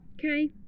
Okay